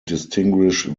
distinguish